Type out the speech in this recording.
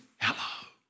hello